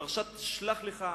פרשת שלח-לך,